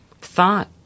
thought